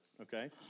okay